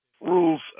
rules